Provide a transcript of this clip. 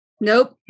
Nope